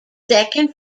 second